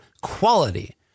quality